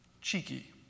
cheeky